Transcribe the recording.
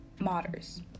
modders